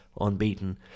unbeaten